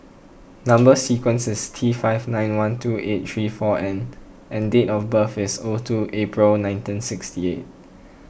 Number Sequence is T five nine one two eight three four N and date of birth is O two April nineteen sixty eight